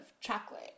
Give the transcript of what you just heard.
chocolate